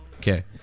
Okay